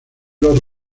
los